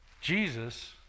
Jesus